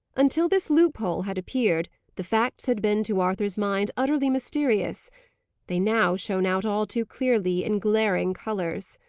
until this loophole had appeared, the facts had been to arthur's mind utterly mysterious they now shone out all too clearly, in glaring colours.